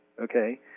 okay